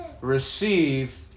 receive